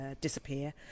disappear